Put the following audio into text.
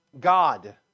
God